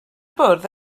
bwrdd